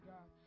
God